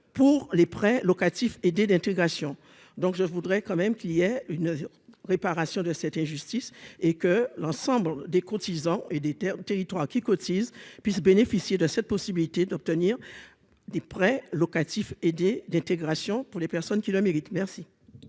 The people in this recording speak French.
pour les prêts locatifs aidés d'intégration, donc je voudrais quand même qu'il y ait une réparation de cette injustice et que l'ensemble des cotisants et des Terres territoires qui cotisent puissent bénéficier de cette possibilité d'obtenir des prêts locatifs aidés d'intégration pour les personnes qui le mérite, merci.